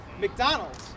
McDonald's